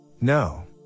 No